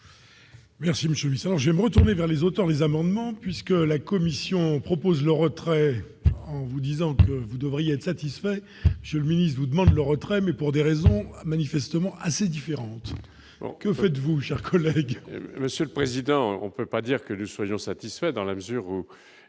Merci Monsieur 800 j'aime retourner vers les hauteurs, les amendements puisque la commission propose le retrait en vous disant: vous devriez être satisfait Gelmini vous demande le retrait mais pour des raisons manifestement assez différentes, que faites-vous, chers collègues. Monsieur le président, on peut pas dire que nous soyons satisfaits dans la mesure où,